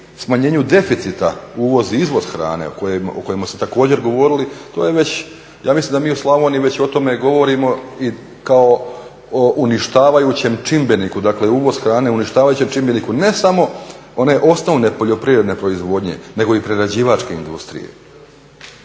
smanjenju deficita, uvoz i izvoz hrane o kojima se također govorili to je već, ja mislim da mi u Slavoniji već o tome govorimo i kao uništavajućem čimbeniku. Dakle, uvoz hrane uništavajućem čimbeniku ne samo one osnovne poljoprivredne proizvodnje, nego i prerađivačke industrije.